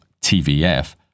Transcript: TVF